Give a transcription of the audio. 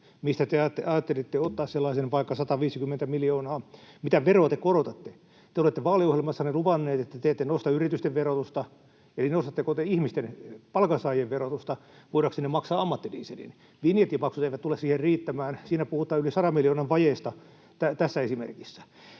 Mistä te ajattelitte ottaa sellaisen vaikka 150 miljoonaa? Mitä veroa te korotatte? Te olette vaaliohjelmassanne luvanneet, että te ette nosta yritysten verotusta, eli nostatteko te ihmisten, palkansaajien verotusta voidaksenne maksaa ammattidieselin? Vinjettimaksut eivät tule siihen riittämään, tässä esimerkissä puhutaan yli 100 miljoonan vajeesta. Me asetamme